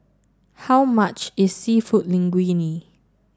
how much is Seafood Linguine